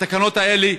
התקנות האלה,